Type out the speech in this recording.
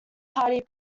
party